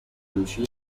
lucia